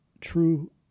true